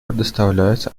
предоставляется